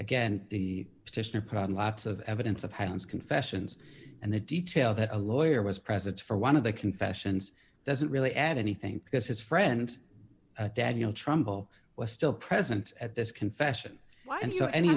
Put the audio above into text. pradhan lots of evidence of hans confessions and the detail that a lawyer was present for one of the confessions doesn't really add anything because his friend daniel trumbull was still present at this confession and so any